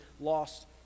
lost